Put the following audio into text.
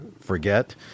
forget